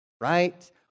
right